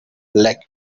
black